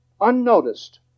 unnoticed